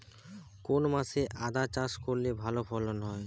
কোন মাসে আদা চাষ করলে ভালো ফলন হয়?